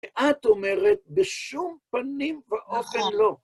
ואת אומרת, בשום פנים ואופן לא.